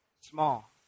small